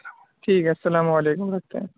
ٹھیک ہے السلام علیکم رکھتے ہیں